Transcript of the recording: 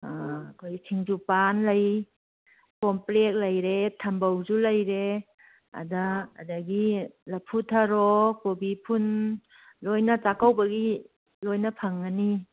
ꯑꯩꯈꯣꯏ ꯁꯤꯡꯖꯨ ꯄꯥꯟ ꯂꯩ ꯀꯣꯝꯄ꯭ꯔꯦꯛ ꯂꯩꯔꯦ ꯊꯝꯕꯧꯁꯨ ꯂꯩꯔꯦ ꯑꯗ ꯑꯗꯒꯤ ꯂꯐꯨ ꯊꯔꯣ ꯀꯣꯕꯤꯐꯨꯟ ꯂꯣꯏꯅ ꯆꯥꯛꯀꯧꯕꯒꯤ ꯂꯣꯏꯅ ꯐꯪꯒꯅꯤ